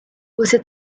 você